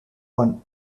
one